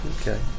Okay